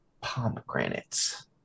pomegranates